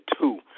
two